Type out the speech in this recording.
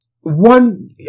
one